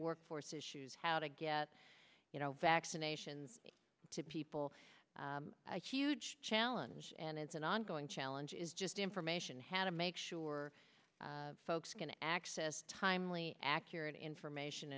workforce issues how to get you know vaccinations to people a huge challenge and it's an ongoing challenge is just information how to make sure folks can access timely accurate information